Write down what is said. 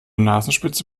nasenspitze